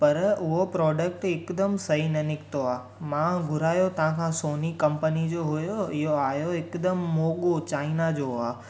पर उहो प्रोडक्ट त हिकदमि सही न निकितो आहे मां घुरायो त सोनी कंपनी जो हुयो इहो आयो हिकदमि मोॻो चाइना जो आहे